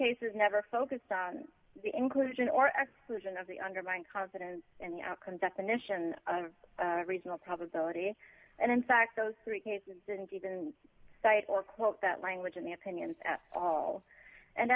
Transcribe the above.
cases never focus on the inclusion or exclusion of the undermined confidence in the outcome definition of reasonable probability and in fact those three cases didn't even cite or quote that language in the opinions at all and